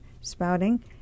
spouting